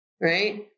right